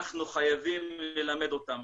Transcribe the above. אנחנו חייבים ללמד אותם,